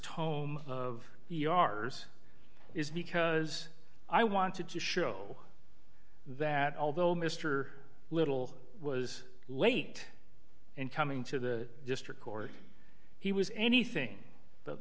tome of yars is because i wanted to show that although mr little was late in coming to the district court he was anything